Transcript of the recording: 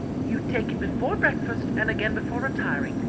you take it before breakfast and again before retiring,